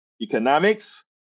economics